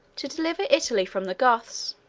to deliver italy from the goths